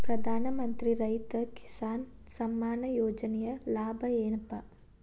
ಪ್ರಧಾನಮಂತ್ರಿ ರೈತ ಕಿಸಾನ್ ಸಮ್ಮಾನ ಯೋಜನೆಯ ಲಾಭ ಏನಪಾ?